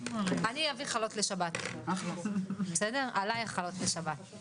אני רואה בהם אנשים שבאמת מנסים לעזור,